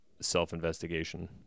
self-investigation